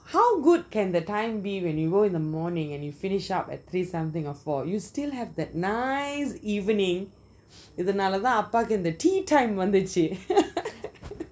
how good can the time be when you go in the morning and you finish up at three something or four you still have that nice evening இது நாலா தான் அப்பாக்கு இந்த:ithu naala thaan appaku intha tea time வந்துச்சி:vanthuchi